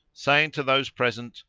saying to those present,